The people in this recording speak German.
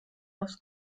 aufs